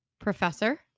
Professor